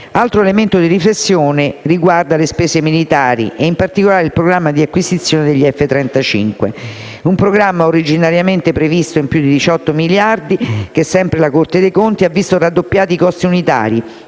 Altro elemento di riflessione riguarda le spese militari e in particolare il programma di acquisizione degli F-35. Un programma originariamente previsto in più di 18 miliardi che, sempre secondo la Corte dei conti, ha visto raddoppiati i costi unitari